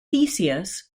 theseus